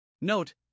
Note